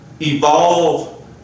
evolve